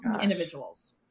individuals